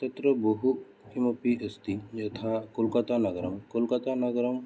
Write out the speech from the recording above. तत्र बहुकिमपि अस्ति यथा कोल्कत्तानगरं कोल्कत्तानगरं